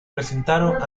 presentaron